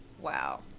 Wow